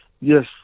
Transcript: Yes